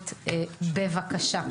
רם.